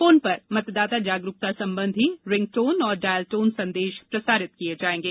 phone पर मतदाता जागरूकता संबंधित रिंगटोन एवं डायलटोन संदेश प्रसारित किए जाएंगे